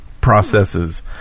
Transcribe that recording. processes